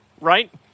right